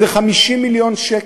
זה 50 מיליון ש"ח.